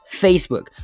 Facebook